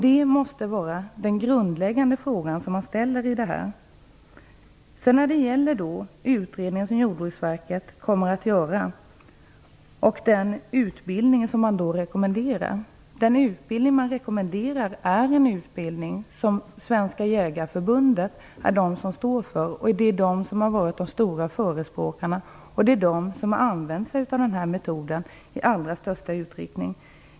Det måste vara den grundläggande frågan som man ställer. Jordbruksverket kommer att göra en utredning och en utbildning kommer att rekommenderas. Svenska Jägareförbundet står för den utbildning som rekommenderas. Förbundet har varit den stora förespråkaren och man har använt sig av den här metoden i störst utsträckning.